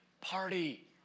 Party